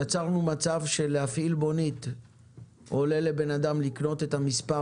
יצרנו מצב שלהפעיל מונית עולה לבן אדם לקנות את המספר